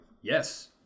Yes